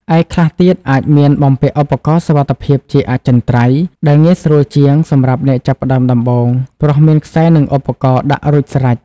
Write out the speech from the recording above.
ឯខ្លះទៀតអាចមានបំពាក់ឧបករណ៍សុវត្ថិភាពជាអចិន្ត្រៃយ៍ ដែលងាយស្រួលជាងសម្រាប់អ្នកចាប់ផ្តើមដំបូងព្រោះមានខ្សែនិងឧបករណ៍ដាក់រួចស្រេច។